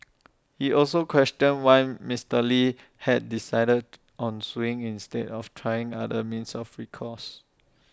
he also questioned why Mister lee had decided on suing instead of trying other means of recourse